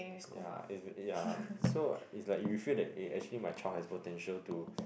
ya is is ya so like is like you feel that eh actually my child has potential to